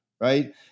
right